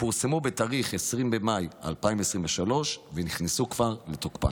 פורסמו בתאריך 20 במאי 2023 ונכנסו כבר לתוקפן.